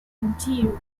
interior